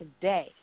today